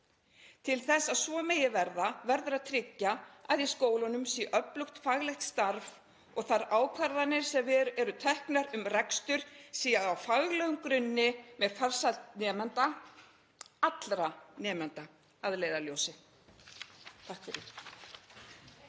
Til þess að svo megi verða verður að tryggja að í skólunum sé öflugt faglegt starf og að þær ákvarðanir sem eru teknar um rekstur séu á faglegum grunni með farsæld nemanda, allra nemenda, að leiðarljósi. SPEECH_END